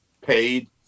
paid